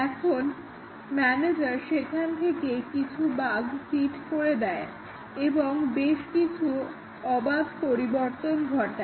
এখন ম্যানেজার সেখান থেকে বেশ কিছু বাগ সিড করে দেয় এবং বেশ কিছু অবাধ পরিবর্তন ঘটায়